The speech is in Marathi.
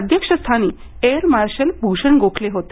अध्यक्षस्थानी एअर मार्शल भ्रषण गोखले होते